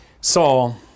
Saul